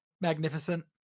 Magnificent